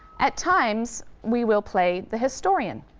at times, we will play the historian,